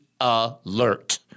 alert